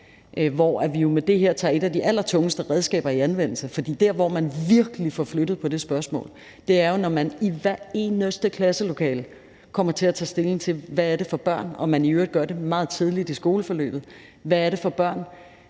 hvor vi jo med det her tager et af de allertungeste redskaber i anvendelse. For der, hvor man virkelig får flyttet på det spørgsmål, er jo, når man i hvert eneste klasselokale kommer til at tage stilling til, hvad det er for børn, og at man i øvrigt gør det meget tidligt i skoleforløbet. Hvad er det for børn,